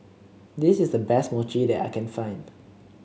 this is the best Mochi that I can find